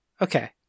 Okay